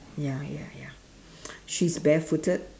ya ya ya she's barefooted